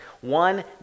one